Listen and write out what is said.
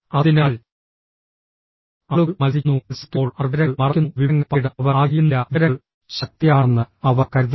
അതിനാൽ ആളുകൾ മത്സരിക്കുന്നു മത്സരിക്കുമ്പോൾ അവർ വിവരങ്ങൾ മറയ്ക്കുന്നു വിവരങ്ങൾ പങ്കിടാൻ അവർ ആഗ്രഹിക്കുന്നില്ല വിവരങ്ങൾ ശക്തിയാണെന്ന് അവർ കരുതുന്നു